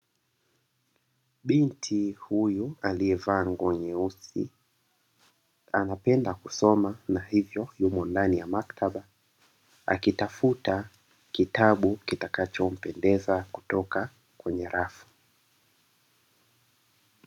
Binti huyu aliyevaa nguo nyeusi, anapenda kusoma na hivyo yumo ndani ya maktaba akitafuta kitabu kitakachompendeza kutoka kwenye rafu.